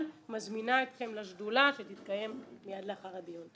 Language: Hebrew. מזמינה אתכם לשדולה שתתקיים מיד לאחר הדיון.